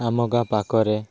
ଆମ ଗାଁ ପାଖରେ